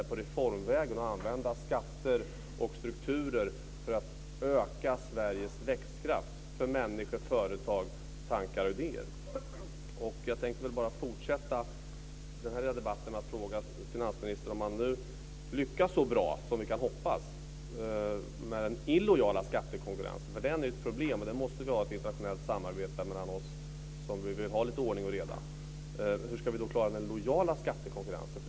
Vi ska gå reformvägen och använda skatter och strukturer för att öka Sveriges växtkraft för människor, företag, tankar och idéer. Jag tänkte bara fortsätta den här debatten med att fråga finansministern: Om han nu lyckas så bra som vi kan hoppas med den illojala skattekonkurrensen - den är ju ett problem och det måste finnas ett internationellt samarbete mellan oss som vill ha lite ordning och reda - hur ska han då klara den lojala skattekonkurrensen?